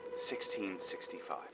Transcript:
1665